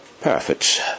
perfect